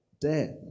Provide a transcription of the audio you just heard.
death